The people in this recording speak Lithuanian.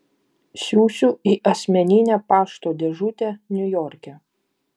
siųsiu į asmeninę pašto dėžutę niujorke